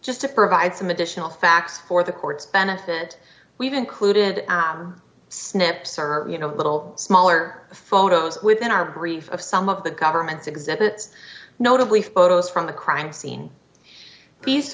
just to provide some additional facts for the court's benefit we've included snips or you know a little smaller photos within our brief of some of the government's exhibits notably photos from the crime scene